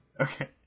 okay